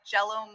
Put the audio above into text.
Jello